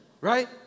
Right